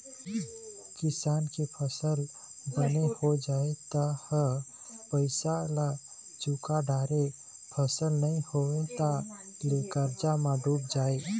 किसान के फसल बने हो जाए तब तो ओ ह पइसा ल चूका डारय, फसल नइ होइस तहाँ ले करजा म डूब जाए